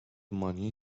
money